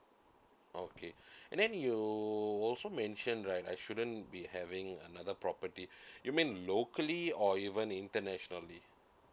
okay and then you also mentioned right I shouldn't be having another property you mean locally or even internationally